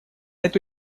эту